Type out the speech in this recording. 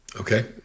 Okay